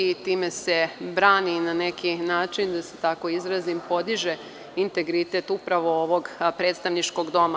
Time se brani na neki način i, da se tako izrazim, podiže integritet upravo ovog predstavničkog doma.